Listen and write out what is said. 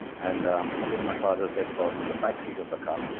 and i put my father's dead body in the back seat of the car,